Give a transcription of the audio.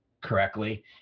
correctly